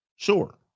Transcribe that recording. Sure